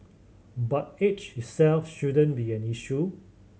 but age itself shouldn't be an issue